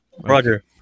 Roger